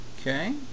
Okay